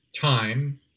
time